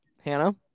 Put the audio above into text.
Hannah